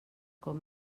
com